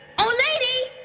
oh, lady!